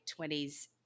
20s